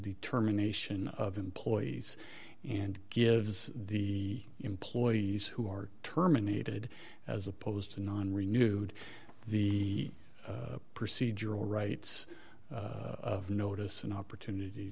determination of employees and gives the employees who are terminated as opposed to non renewed the procedural rights of notice an opportunity